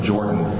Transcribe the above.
Jordan